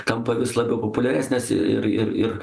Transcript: tampa vis labiau populiaresnės ir ir ir ir